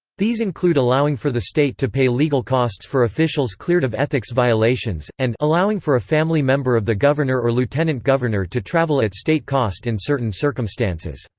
these include allowing for the state to pay legal costs for officials cleared of ethics violations and allowing for a family member of the governor or lieutenant governor to travel at state cost in certain circumstances.